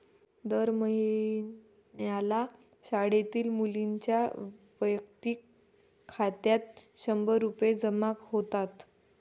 दर महिन्याला शाळेतील मुलींच्या वैयक्तिक खात्यात शंभर रुपये जमा होतात